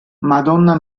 madonna